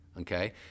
okay